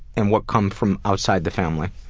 and what come from outside the family?